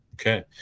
Okay